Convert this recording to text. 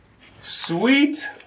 Sweet